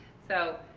so,